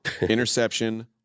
interception